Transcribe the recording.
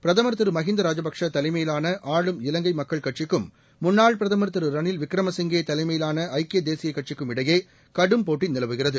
பிரதமர் திரு மகிந்தா ராஜபக்ஷே தலைமையிலான ஆளும் இலங்கை மக்கள் கட்சிக்கும் முன்னாள் பிரதமர் திரு ரணில் விக்ரம சிங்கே தலைமையிலான ஐக்கிய தேசிய கட்சிக்கும் இடையே கடும் போட்டி நிலவுகிறது